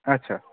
আচ্ছা